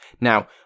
Now